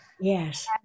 yes